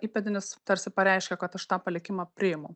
įpėdinis tarsi pareiškia kad aš tą palikimą priimu